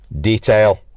detail